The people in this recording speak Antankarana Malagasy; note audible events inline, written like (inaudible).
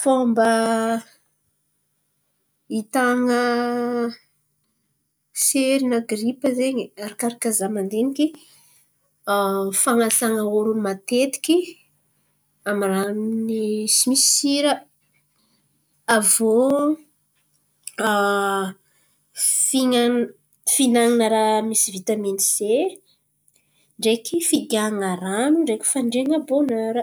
Fômba hitahan̈a sery na gripa zen̈y, arakaraka za mandiniky (hesitation) fan̈asan̈a ôron̈o matetiky amy ranon'ny misimisy sira. Aviô (hesitation) fin̈a- fihinan̈ana raha misy vitaminy se ndreky figiahan̈a rano ndreky fandrian̈a bônera.